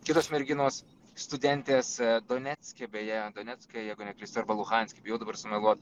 kitos merginos studentės donecke beje donecke jeigu neklystu arba luhanske bijau dabar sumeluot